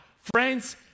Friends